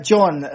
John